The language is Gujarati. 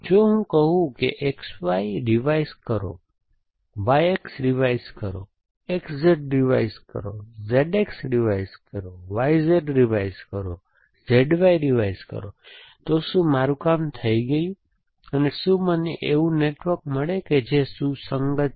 જો હું કહું કે XY રિવાઇઝ કરો YX રિવાઇઝ કરો XZ રિવાઇઝ કરો ZX રિવાઇઝ કરો YZ રિવાઇઝ કરો ZY રિવાઇઝ કરો તો શું મારું કામ થઈ ગયું અને શું મને એવું નેટવર્ક મળે છે જે સુસંગત છે